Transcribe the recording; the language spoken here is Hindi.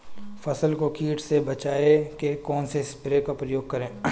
फसल को कीट से बचाव के कौनसे स्प्रे का प्रयोग करें?